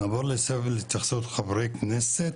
נעבור להתייחסות חברי כנסת,